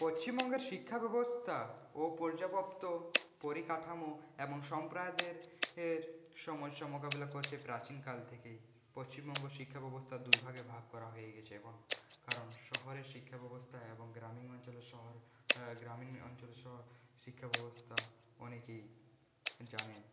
পশ্চিমঙ্গের শিক্ষাব্যবস্থা ও পর্যাপ্ত পরিকাঠামো এবং সম্প্রদায়ের এর সমস্যা মোকাবিলা করছে প্রাচীনকাল থেকে পশ্চিমবঙ্গের শিক্ষা ব্যবস্থা দুই ভাবে ভাগ করা হয়ে গিয়েছে এখন কারণ শহরের শিক্ষাব্যবস্থা এবং গ্রামীণ অঞ্চলের শহর গ্রামীণ অঞ্চলের শহর শিক্ষাব্যবস্থা অনেকই জানে